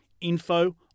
info